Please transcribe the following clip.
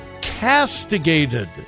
castigated